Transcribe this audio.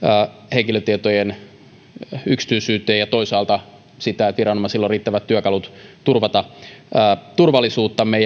henkilötietojen yksityisyyteen ja toisaalta sitä että viranomaisilla on riittävät työkalut turvata turvallisuuttamme